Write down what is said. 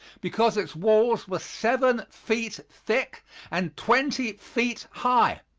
because its walls were seven feet thick and twenty feet high.